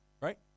Right